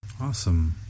Awesome